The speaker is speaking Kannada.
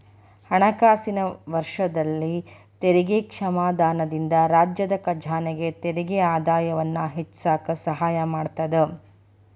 ಹಣಕಾಸಿನ ವರ್ಷದಲ್ಲಿ ತೆರಿಗೆ ಕ್ಷಮಾದಾನದಿಂದ ರಾಜ್ಯದ ಖಜಾನೆಗೆ ತೆರಿಗೆ ಆದಾಯವನ್ನ ಹೆಚ್ಚಿಸಕ ಸಹಾಯ ಮಾಡತದ